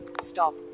Stop